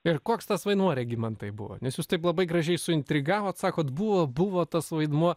ir koks tas vaidmuo regimantai buvo nes jūs taip labai gražiai suintrigavot sakot buvo buvo tas vaidmuo